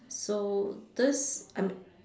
so this I'm